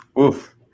Oof